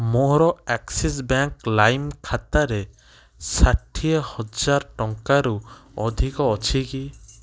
ମୋର Axis bank ଲାଇମ୍ ଖାତାରେ ଷାଠିଏ ହଜାର ଟଙ୍କାରୁ ଅଧିକ ଅଛି କି